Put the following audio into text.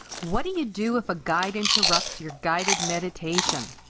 what do you do if a guide interrupts your guided meditation?